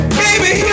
baby